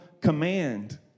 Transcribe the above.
command